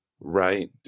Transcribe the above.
right